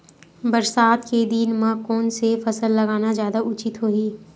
बरसात के दिन म कोन से फसल लगाना जादा उचित होही?